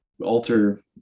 alter